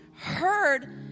heard